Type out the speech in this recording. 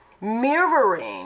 mirroring